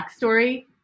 backstory